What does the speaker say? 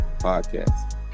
Podcast